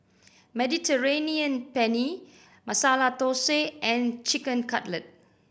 Mediterranean Penne Masala Dosa and Chicken Cutlet